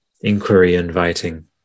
inquiry-inviting